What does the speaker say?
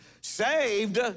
Saved